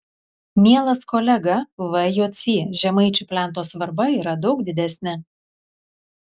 mielas kolega v jocy žemaičių plento svarba yra daug didesnė